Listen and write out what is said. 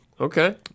okay